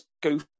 go